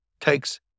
takes